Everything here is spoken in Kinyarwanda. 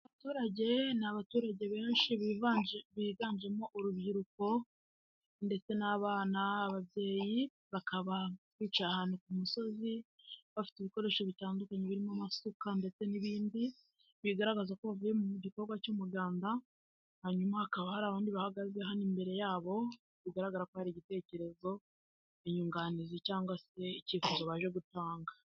Abaturage ni abaturage benshi biganjemo, urubyiruko ndetse n'bana ababyeyi bakaba bicaye ahantu ku musozi bafite ibikoresho bitandukanye birimo amasuka ndetse n'ibindi bigaragaza ko bavuye gikorwa cy'umuganda hanyuma hakaba hari abandi bahagaze hano imbere yabo bigaragara ko hari igitekerezo inyunganizi cyangwa se icyifuzo baje gutanga.